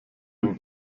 dem